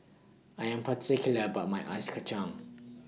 I Am particular about My Ice Kachang